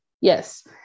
Yes